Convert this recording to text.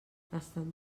estan